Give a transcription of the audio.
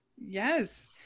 Yes